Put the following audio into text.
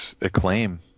Acclaim